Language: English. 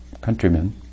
countrymen